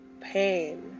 pain